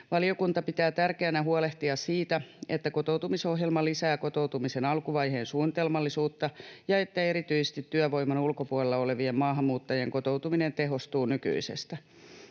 Valiokunta pitää tärkeänä huolehtia siitä, että kotoutumisohjelma lisää kotoutumisen alkuvaiheen suunnitelmallisuutta ja että erityisesti työvoiman ulkopuolella olevien maahanmuuttajien kotoutuminen tehostuu nykyisestä.